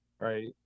right